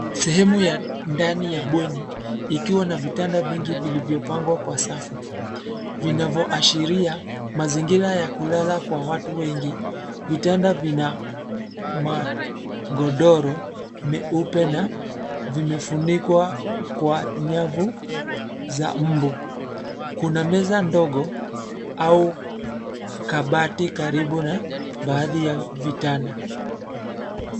Sehemu ya, ndani ya bweni, ikiwa na vitanda vingi vilivyopangwa kwa safu, vinavoashiria, mazingira ya kulala kwa watu wengi, vitanda vina, ma, godoro, meupe na, vimefunikwa, kwa nyavu, za mbu, kuna meza ndogo, au, kabati karibu na, baadhi ya vitanda.